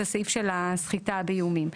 זה הסעיף של הסחיטה באיומים.